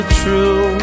true